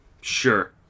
Sure